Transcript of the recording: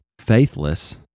faithless